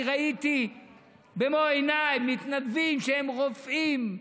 אני ראיתי במו עיניי מתנדבים שהם רופאים,